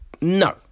No